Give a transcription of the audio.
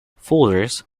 folders